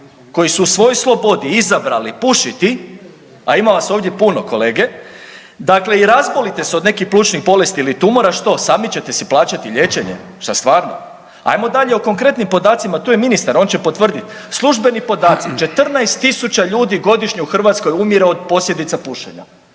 koji su u svojoj slobodi izabrali pušiti, a ima vas ovdje puno kolege, dakle i razbolite se od nekih plućnih bolesti ili tumora što sami ćete si plaćati liječenje, šta stvarno? Ajmo dalje o konkretnim podacima tu je ministar on će potvrdit, službeni podaci 14.000 godišnje u Hrvatskoj umire od posljedica pušenja,